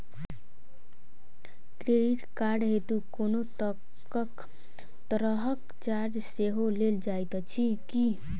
Credit card हेतु कोनो तरहक चार्ज सेहो लेल जाइत अछि की?